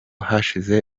hashize